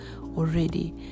already